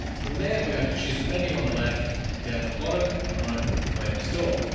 from there, we're going to choose the menu on the left and down the bottom chrome web store.